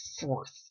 fourth